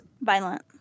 violent